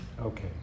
Okay